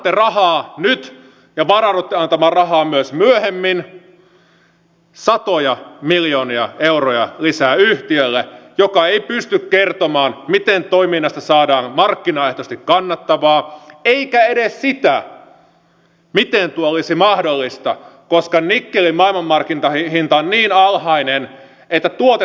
annatte rahaa nyt ja varaudutte antamaan rahaa myös myöhemmin satoja miljoonia euroja lisää yhtiölle joka ei pysty kertomaan sitä miten toiminnasta saadaan markkinaehtoisesti kannattavaa eikä edes sitä miten tuo olisi mahdollista koska nikkelin maailmanmarkkinahinta on niin alhainen että tuotetta ei kannata edes myydä